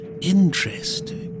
Interesting